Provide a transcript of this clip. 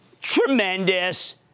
tremendous